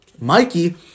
Mikey